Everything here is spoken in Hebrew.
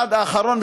החוק האחרון,